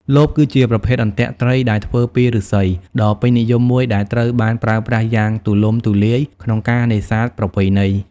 លប គឺជាប្រភេទអន្ទាក់ត្រីដែលធ្វើពីឫស្សីដ៏ពេញនិយមមួយដែលត្រូវបានប្រើប្រាស់យ៉ាងទូលំទូលាយក្នុងការនេសាទប្រពៃណី។